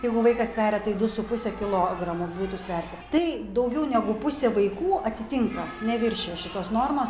jeigu vaikas sveria tai du su puse kilogramo būtų sverti tai daugiau negu pusė vaikų atitinka neviršijo šitos normos